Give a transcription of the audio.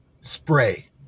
spray